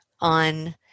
on